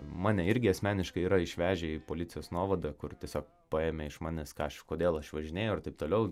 mane irgi asmeniškai yra išvežę į policijos nuovadą kur tiesiog paėmė iš manęs kažkodėl aš važinėju ar taip toliau